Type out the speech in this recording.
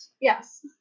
Yes